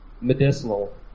medicinal